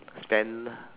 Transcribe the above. spend